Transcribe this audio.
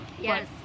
Yes